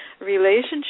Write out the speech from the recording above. relationship